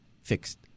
fixed